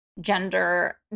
gender